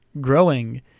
growing